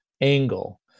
angle